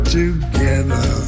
together